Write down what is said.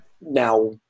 Now